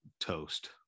toast